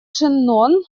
шеннон